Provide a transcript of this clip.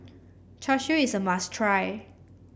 Char Siu is a must try